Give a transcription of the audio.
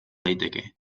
daiteke